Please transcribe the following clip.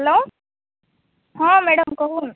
hello ହଁ madam କହୁନ